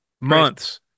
months